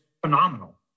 phenomenal